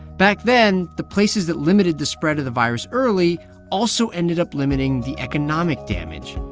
back then, the places that limited the spread of the virus early also ended up limiting the economic damage.